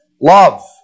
love